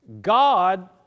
God